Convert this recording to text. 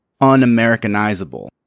un-Americanizable